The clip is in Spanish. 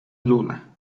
luna